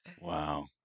Wow